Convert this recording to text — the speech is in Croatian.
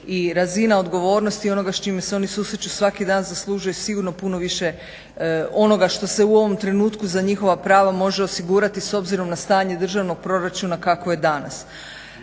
razina odgovornosti i onoga s čime se oni susreću svaki dan zaslužuje sigurno puno više onoga što se u ovom trenutku za njihova prava može osigurati s obzirom na stanje državnog proračuna kakav je danas.